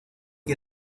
que